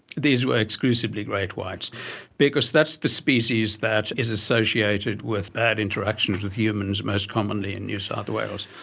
these were exclusively great whites because that's the species that is associated with bad interactions with humans most commonly in new south wales.